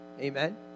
amen